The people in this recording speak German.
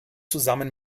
zusammen